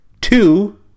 two